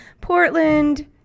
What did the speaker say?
Portland